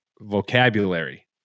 vocabulary